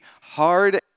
hard